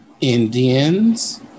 Indians